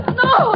no